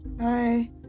Hi